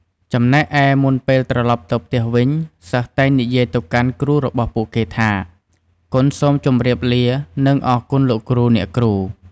ចំណែកឯ មុនពេលត្រឡប់ទៅផ្ទះវិញ សិស្សតែងនិយាយទៅកាន់គ្រូរបស់ពួកគេថា កូនសូមជម្រាបលា និងអរគុណ លោកគ្រូ អ្នកគ្រូ។